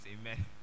Amen